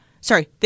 Sorry